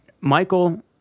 michael